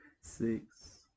six